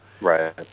Right